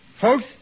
Folks